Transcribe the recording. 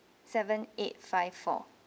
seven eight five four